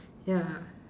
ya